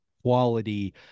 quality